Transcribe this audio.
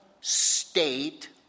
state